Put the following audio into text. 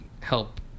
help